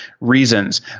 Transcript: reasons